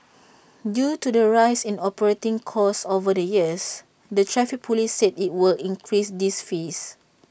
due to the rise in operating costs over the years the traffic Police said IT will increase these fees